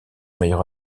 meilleur